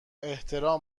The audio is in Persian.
احترام